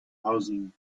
housing